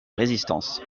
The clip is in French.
résistance